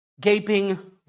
gaping